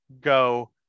go